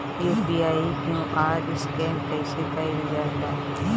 UPI QR scan कइसे कईल जा ला?